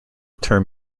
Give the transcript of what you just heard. term